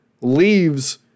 leaves